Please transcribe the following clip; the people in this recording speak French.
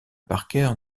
parker